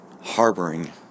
harboring